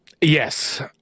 Yes